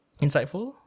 insightful